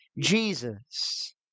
Jesus